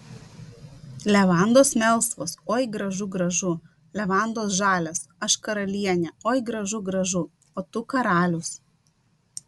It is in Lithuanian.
levandos melsvos oi gražu gražu levandos žalios aš karalienė oi gražu gražu o tu karalius